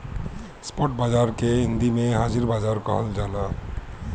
spot बाजार के हिंदी में हाजिर बाजार कहल जाला